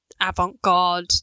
avant-garde